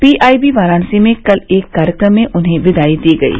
P I B Varanasi में कल एक कार्यक्रम में उन्हें विदाई दी गयी